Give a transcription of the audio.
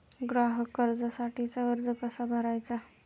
ग्राहक कर्जासाठीचा अर्ज कसा भरायचा?